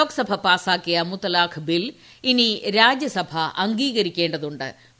ലോക്സഭ പാസാക്കിയ മുത്തലാഖ് ബിൽ ഇനി രാജ്യസഭ അംഗീകരിക്കേ തു ്